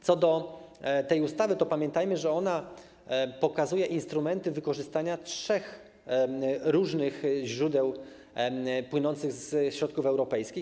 Co do tej ustawy to pamiętajmy, że ona pokazuje instrumenty wykorzystania trzech różnych źródeł płynących ze środków europejskich.